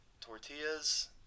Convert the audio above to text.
tortillas